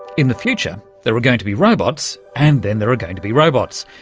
in the future there are going to be robots, and then there are going to be robots.